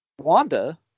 Wanda